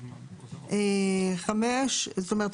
זאת אומרת,